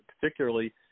particularly